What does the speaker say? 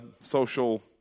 social